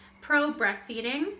pro-breastfeeding